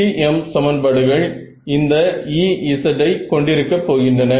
FEM சமன்பாடுகள் இந்த Ez கொண்டிருக்க போகின்றன